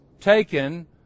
taken